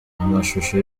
amashusho